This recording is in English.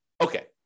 Okay